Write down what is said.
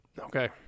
Okay